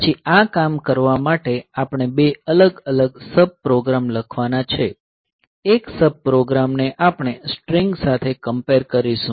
પછી આ કામ કરવા માટે આપણે બે અલગ અલગ સબ પ્રોગ્રામ્સ લખવાના છે એક સબ પ્રોગ્રામને આપણે સ્ટ્રિંગ સાથે કંપેર કરીશું